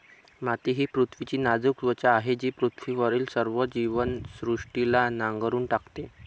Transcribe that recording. माती ही पृथ्वीची नाजूक त्वचा आहे जी पृथ्वीवरील सर्व जीवसृष्टीला नांगरून टाकते